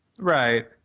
Right